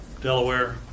Delaware